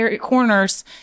corners